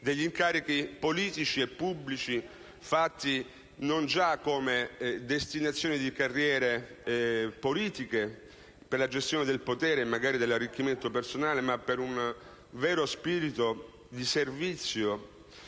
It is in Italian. gli incarichi politici e pubblici non già come una destinazione di carriere politiche, per la gestione del potere e magari dell'arricchimento personale, bensì con un vero spirito di servizio,